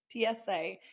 TSA